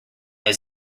his